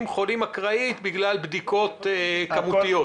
שהתגלו חולים אקראית, בגלל בדיקות כמותיות.